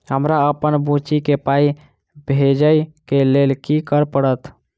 हमरा अप्पन बुची केँ पाई भेजइ केँ लेल की करऽ पड़त?